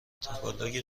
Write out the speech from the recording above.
تاگالوگ